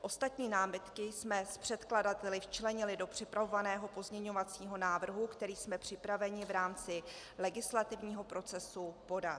Ostatní námitky jsme s předkladateli včlenili do připravovaného pozměňovacího návrhu, který jsme připraveni v rámci legislativního procesu podat.